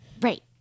Right